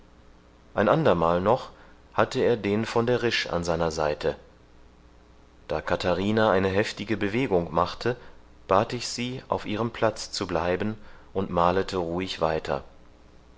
ein ander mal noch hatte er den von der risch an seiner seite da katharina eine heftige bewegung machte bat ich sie auf ihrem platz zu bleiben und malete ruhig weiter